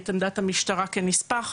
את עמדת המשטרה כנספח,